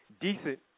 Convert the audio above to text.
decent